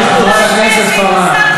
חברת הכנסת פארן,